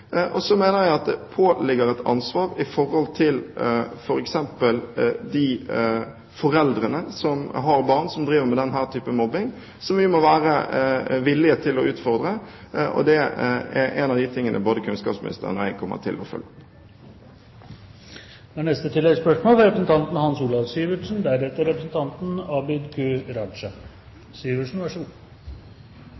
Så mener jeg at det påligger f.eks. de foreldrene som har barn som driver med denne typen mobbing, et ansvar, som vi må være villige til å utfordre. Det er av de tingene både kunnskapsministeren og jeg kommer til å følge opp.